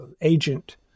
agent